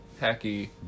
Hacky